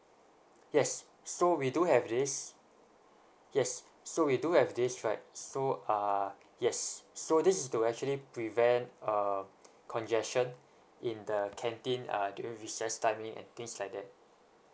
yes so we do have this yes so we do have this right so uh yes so this is to actually prevent um congestion in the canteen uh during recess timing and things like that